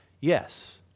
yes